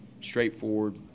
straightforward